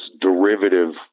derivative